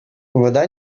вода